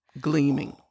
Gleaming